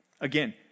Again